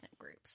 groups